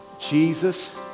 Jesus